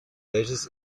welches